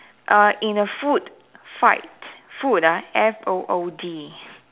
err in a food fight food ah F O O D